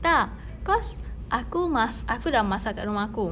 tak cause aku mas~ aku sudah masak kat rumah aku